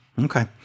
Okay